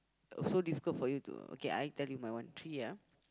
so difficult for you to okay I tell you my one three ah